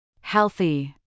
Healthy